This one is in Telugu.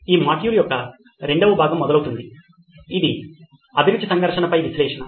ఈ మాడ్యూల్ యొక్క రెండవ భాగం మొదలవుతుంది ఇది అభిరుచి సంఘర్షణ పై విశ్లేషణ